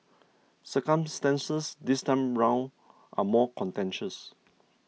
circumstances this time around are more contentious